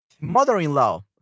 mother-in-law